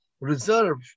reserve